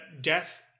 death